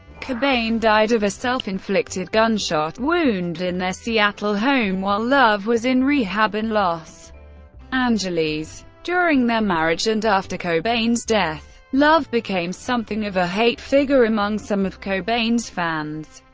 cobain died of a self-inflicted gunshot wound in their seattle home while love was in rehab in los angeles. during their marriage, and after cobain's death, love became something of a hate-figure among some of cobain's fans.